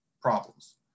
problems